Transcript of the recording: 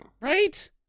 Right